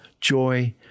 joy